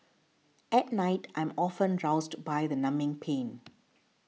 at night I'm often roused by the numbing pain